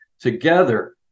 together